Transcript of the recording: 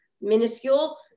minuscule